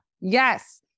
Yes